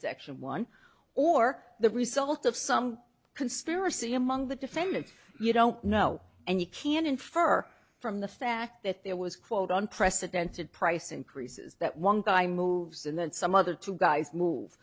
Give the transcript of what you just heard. section one or the result of some conspiracy among the defendants you don't know and you can infer from the fact that there was quote unprecedented price increases that one guy moves and then some other two guys move